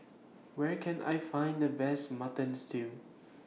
Where Can I Find The Best Mutton Stew